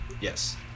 Yes